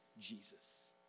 Jesus